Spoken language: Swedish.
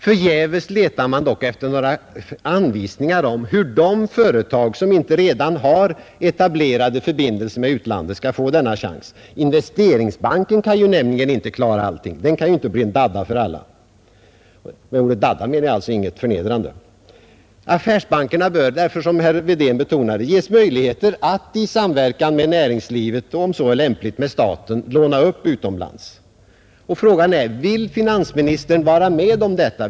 Förgäves letar man efter anvisningar om hur de företag som inte redan har etablerade förbindelser med utlandet skall få denna chans. Investeringsbanken kan ju inte klara allting. Den kan inte bli en dadda för alla — med ordet dadda menar jag inte någonting förnedrande. Affärsbankerna bör därför, som herr Wedén betonade, få möjligheter att i samverkan med näringslivet och, om så är lämpligt, med staten låna upp utomlands. Frågan blir då: Vill finansministern medverka till detta?